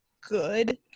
good